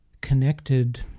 connected